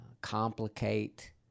complicate